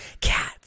Cats